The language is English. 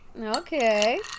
Okay